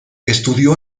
estudió